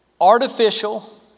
artificial